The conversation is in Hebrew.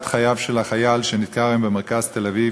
חייו של החייל שנדקר היום במרכז תל-אביב